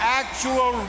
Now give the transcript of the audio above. actual